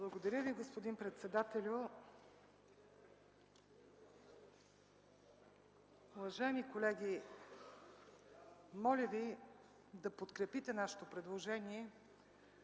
Благодаря Ви, господин председателю. Уважаеми колеги, моля Ви да подкрепите нашето предложение,